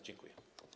Dziękuję.